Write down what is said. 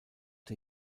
der